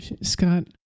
Scott